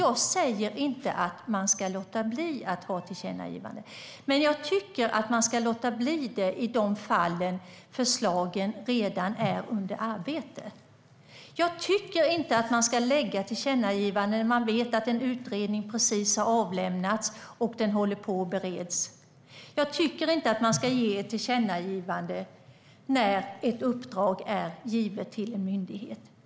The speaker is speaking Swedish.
Jag säger inte att man ska låta bli att göra tillkännagivanden, men jag tycker att man ska låta bli det i de fall där förslagen redan är under arbete. Jag tycker inte att man ska göra tillkännagivanden när man vet att en utredning precis har avlämnats och håller på att beredas. Jag tycker inte att man ska ge ett tillkännagivande när ett uppdrag är givet till en myndighet.